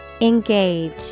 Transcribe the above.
Engage